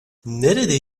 nerede